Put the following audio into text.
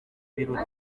biruta